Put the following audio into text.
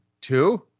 two